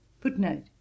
Footnote